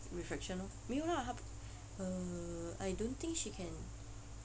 refraction lor 没有 lah err I don't think she can